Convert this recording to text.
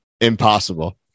Impossible